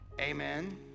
Amen